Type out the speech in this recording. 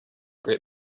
great